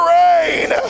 rain